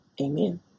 amen